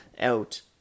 out